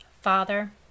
Father